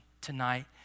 tonight